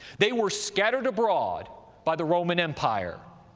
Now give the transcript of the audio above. they were scattered abroad by the roman empire.